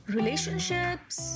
Relationships